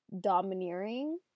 domineering